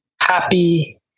happy